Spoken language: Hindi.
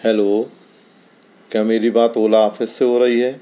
हेलो क्या मेरी बात ओला ऑफिस से हो रही है